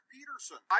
Peterson